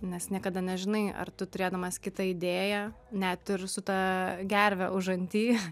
nes niekada nežinai ar tu turėdamas kitą idėją net ir su ta gerve užanty